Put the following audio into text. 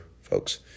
folks